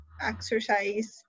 exercise